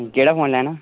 केह्ड़ा फोन लैना